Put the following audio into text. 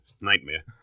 nightmare